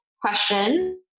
question